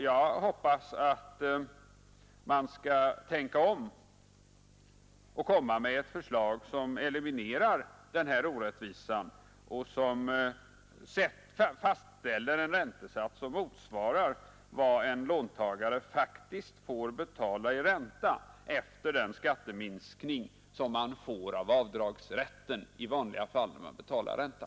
Jag hoppas att man skall tänka om och lägga fram ett förslag som eliminerar den här orättvisan och som fastställer en räntesats vilken motsvarar vad en låntagare faktiskt får betala i ränta efter den skatteminskning som man får av avdragsrätten i vanliga fall när man betalar ränta.